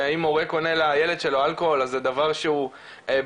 שאם הורה קונה לילד שלו אלכוהול אז זה דבר שהוא בעייתי,